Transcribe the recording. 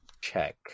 check